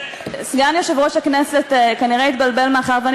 סגן יושב-ראש הכנסת כנראה התבלבל מאחר שאני